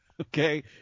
okay